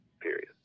period